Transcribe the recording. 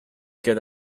good